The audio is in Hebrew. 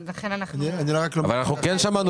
אז לכן אנחנו --- אבל אנחנו כן שמענו